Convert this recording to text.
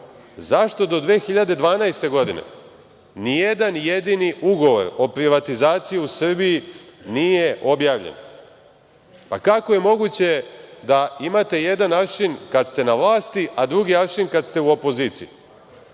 zašto do 2012. godine ni jedan jedini ugovor o privatizaciji u Srbiji nije objavljen? Kako je moguće da imate jedan aršin kada ste na vlasti, a drugi aršin kad ste u opoziciji? Nas